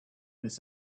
this